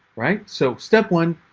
right? so step one,